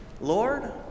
Lord